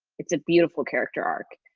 it's a beautiful character arc.